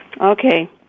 Okay